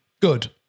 Good